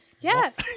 Yes